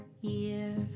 year